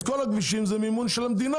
את כל הכבישים זה מימון של המדינה.